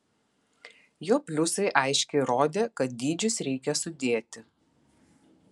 jo pliusai aiškiai rodė kad dydžius reikia sudėti